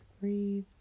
breathe